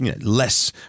less